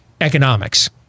economics